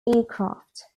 aircraft